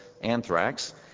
anthrax